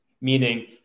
meaning